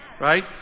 Right